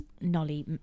Nolly